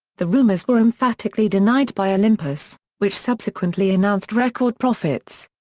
the rumours were emphatically denied by olympus, which subsequently announced record profits.